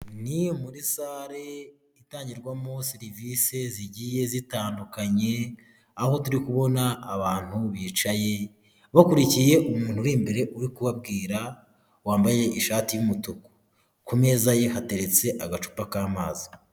Ni muri sale itangirwamo serivise zigiye zitandukanye, aho turi kubona abantu bicaye, bakurikiye umuntu uri imbere, uri kubabwira, wambaye ishati y'umutuku. Ku meza ye hateretse agacupa k'amazi.